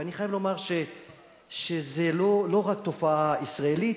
ואני חייב לומר שזו לא רק תופעה ישראלית,